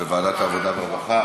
בוועדת העבודה והרווחה.